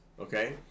okay